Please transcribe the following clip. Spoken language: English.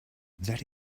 that